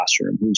classroom